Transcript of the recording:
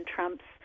Trump's